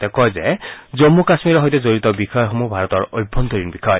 তেওঁ কয় যে জম্মু কাশ্মীৰৰ সৈতে জড়িত বিষয়সমূহ ভাৰতৰ অভ্যন্তৰীণ বিষয়